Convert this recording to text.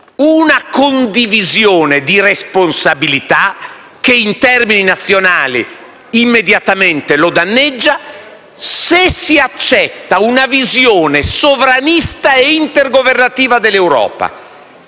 una condivisione di responsabilità che in termini nazionali immediatamente lo danneggia, se si accetta una visione sovranista e intergovernativa dell'Europa?